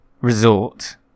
Resort